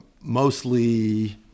mostly